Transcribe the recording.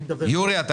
שלום